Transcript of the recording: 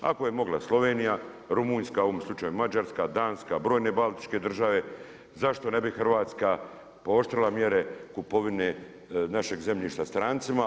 Ako je mogla Slovenija, Rumunjska, u ovom slučaju Mađarska, Danska, brojne Baltičke države, zašto ne bi Hrvatska pooštrila mjere kupovine našeg zemljišta strancima.